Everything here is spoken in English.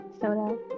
Soda